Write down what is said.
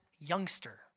youngster